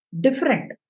different